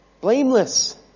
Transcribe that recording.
Blameless